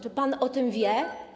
Czy pan o tym wie?